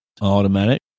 automatic